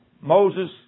Moses